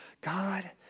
God